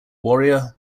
warrior